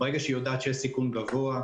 ברגע שהיא יודעת שיש סיכון גבוה,